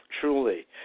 truly